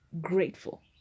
grateful